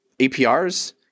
APRs